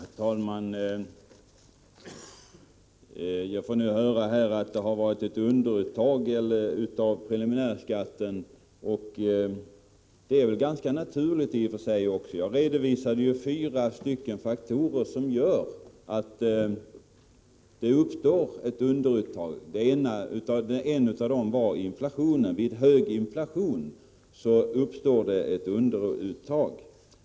Herr talman! Jag får nu höra att det har varit ett underuttag av preliminärskatt. Det är ganska naturligt, i och för sig. Jag redovisade fyra faktorer som gör att det uppstår ett underuttag. En av de faktorerna var inflationen. Vid hög inflation uppstår ett underuttag.